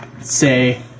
say